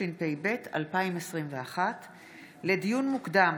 התשפ"ב 2021. לדיון מוקדם,